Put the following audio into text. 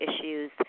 issues